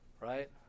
right